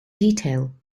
detail